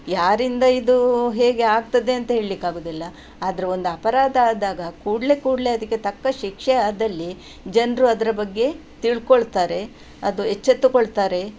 ಯಾರಿಂದ ಇದು ಹೇಗೆ ಆಗ್ತದೆ ಅಂತ ಹೇಳ್ಲಿಕ್ಕಾಗುವುದಿಲ್ಲ ಆದ್ರೆ ಒಂದು ಅಪರಾಧ ಆದಾಗ ಕೂಡಲೆ ಕೂಡಲೆ ಅದಕ್ಕೆ ತಕ್ಕ ಶಿಕ್ಷೆ ಆದಲ್ಲಿ ಜನರು ಅದರ ಬಗ್ಗೆ ತಿಳ್ಕೊಳ್ತಾರೆ ಅದು ಎಚ್ಚೆತ್ತುಕೊಳ್ತಾರೆ